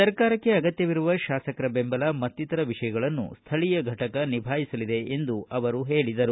ಸರ್ಕಾರಕ್ಕೆ ಅಗತ್ತವಿರುವ ಶಾಸಕರ ಬೆಂಬಲ ಮತ್ತಿತರ ವಿಷಯಗಳನ್ನು ಸ್ಥಳೀಯ ಘಟಕ ನಿಭಾಯಿಸಲಿದೆ ಎಂದು ಅವರು ಹೇಳಿದರು